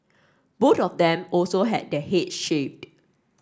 both of them also had their head shaved